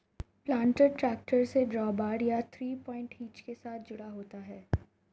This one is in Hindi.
प्लांटर ट्रैक्टर से ड्रॉबार या थ्री पॉइंट हिच के साथ जुड़ा होता है